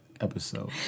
episode